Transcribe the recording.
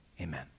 amen